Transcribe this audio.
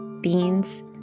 beans